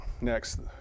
next